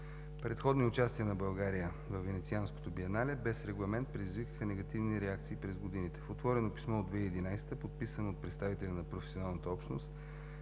Предходни участия на България във Венецианското биенале без регламент предизвикаха негативни реакции през годините. В отворено писмо от 2011 г., подписано от представители на професионалната общност,